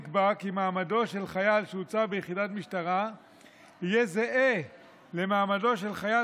נקבע כי מעמדו של חייל שהוצב ביחידת משטרה יהיה זהה למעמדו של חייל